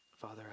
Father